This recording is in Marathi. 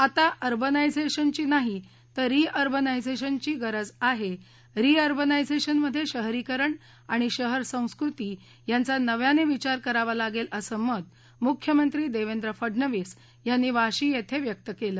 आता अरबनायझेशन ची नाही तर री अरबनायझेशन ची गरज आहे री अरबनायझेशन मधे शहरीकरण आणि शहर संस्कृती यांचा नव्याने विचार करावा लागेल असं मत मुख्यमंत्री देवेंद्र फडनवीस यांनी वाशी येथे व्यक्त केले